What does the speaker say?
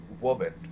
woman